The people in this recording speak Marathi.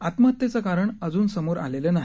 आत्महत्येचं कारण अजून समोर आलेलं नाही